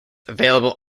available